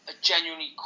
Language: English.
genuinely